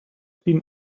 seen